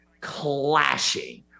clashing